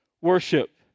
worship